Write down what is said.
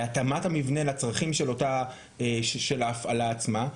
להתאמת המבנה לצרכים של ההפעלה עצמה.